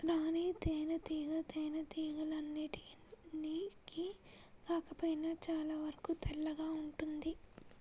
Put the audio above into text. రాణి తేనెటీగ తేనెటీగలన్నింటికి కాకపోయినా చాలా వరకు తల్లిగా ఉంటుంది